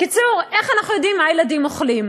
בקיצור, איך אנחנו יודעים מה הילדים אוכלים?